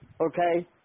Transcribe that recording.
Okay